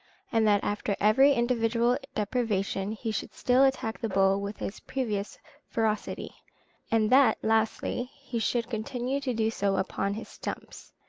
and that after every individual deprivation he should still attack the bull with his previous ferocity and that, lastly, he should continue to do so upon his stumps.